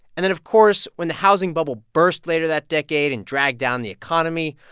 and then, of course, when the housing bubble burst later that decade and dragged down the economy,